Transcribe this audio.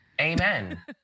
Amen